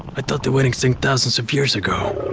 i thought they went extinct thousands of years ago.